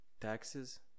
taxes